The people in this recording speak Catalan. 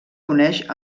coneix